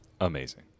Amazing